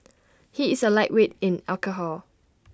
he is A lightweight in alcohol